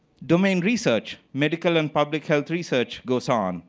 domain research, medical and public health research goes on.